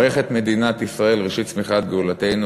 ברך את מדינת ישראל ראשית צמיחת גאולתנו,